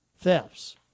thefts